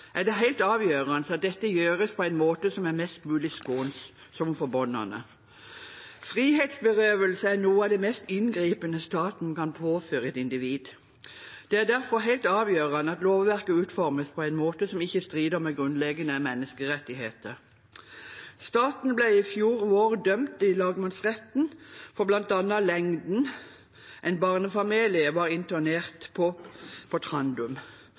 er det helt avgjørende at dette gjøres på en måte som er mest mulig skånsom for barna. Frihetsberøvelse er noe av det mest inngripende staten kan påføre et individ. Det er derfor helt avgjørende at lovverket utformes på en måte som ikke strider mot grunnleggende menneskerettigheter. Staten ble i fjor vår dømt i lagmannsretten for bl.a. hvor lenge en barnefamilie var internert på Trandum.